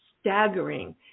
staggering